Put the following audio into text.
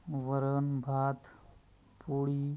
वरण भात पोळी